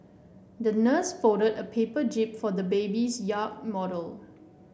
the nurse folded a paper jib for the baby's yacht model